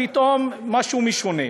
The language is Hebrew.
פתאום משהו משונה.